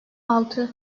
altı